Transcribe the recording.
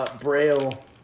Braille